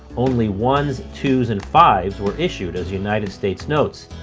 only ones, twos and fives were issued as united states notes,